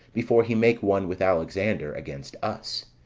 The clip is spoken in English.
before he make one with alexander against us.